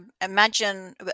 imagine